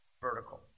vertical